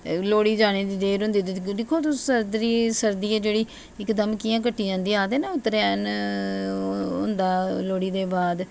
लोह्ड़ी जाने दी देर होंदी दिक्खो तुस सर्दी सर्दी ऐ जेह्ड़ी इक दम कि'यां घट्टी जंदी ऐ आखदे न त्रैन होंदा लोह्ड़ी दे बाद